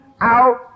out